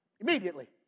Immediately